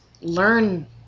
learn